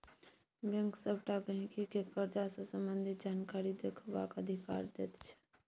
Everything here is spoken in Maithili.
बैंक सबटा गहिंकी केँ करजा सँ संबंधित जानकारी देखबाक अधिकार दैत छै